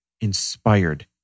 inspired